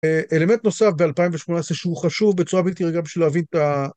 אלמנט נוסף ב-2018 שהוא חשוב בצורה בלתי רגילה בשביל להבין את ה...